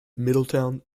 middletown